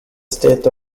state